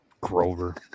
Grover